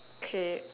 K